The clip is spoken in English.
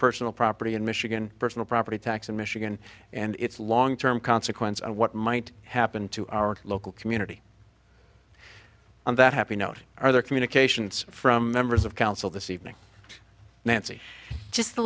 personal property in michigan personal property tax in michigan and its long term consequences of what might happen to our local community on that happy note or other communications from members of council this